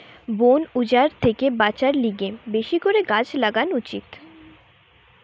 বন উজাড় থেকে বাঁচার লিগে বেশি করে গাছ লাগান উচিত